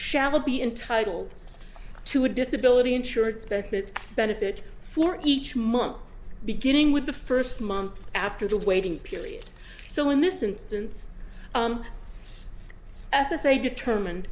shall be entitled to a disability insurance benefit benefit for each month beginning with the first month after the waiting period so in this instance s s a determine